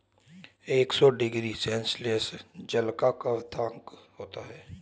एक सौ degree Celsius जल का क्वथनांक होता है